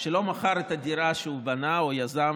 שלא מכר את הדירה שהוא בנה, או יזם,